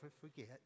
forget